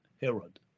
Herod